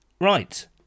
Right